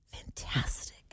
fantastic